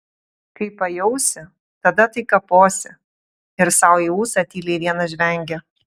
kai pajausi tada tai kaposi ir sau į ūsą tyliai vienas žvengia